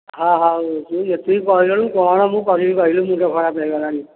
ହଁ ହଉ ତୁ ଯେତିକି କହିଲୁଣି କ'ଣ ମୁଁ କରିବି କହିଲୁ ମୁଣ୍ଡ ଖରାପ ହୋଇଗଲାଣି